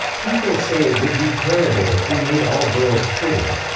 people say it would be terrible if we made all girls pretty.